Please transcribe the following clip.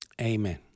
Amen